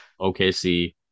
OKC